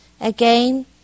Again